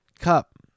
cup